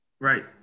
Right